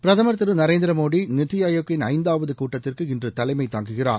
பிரதம் திரு நரேந்திர மோடி நித்தி ஆயோக்கின் ஐந்தாவது கூட்டத்திற்கு இன்று தலைமை தாங்குகிறார்